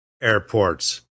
airports